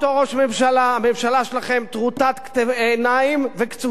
הממשלה שלכם טרוטת עיניים וקצוצת כנפיים.